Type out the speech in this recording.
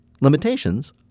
Limitations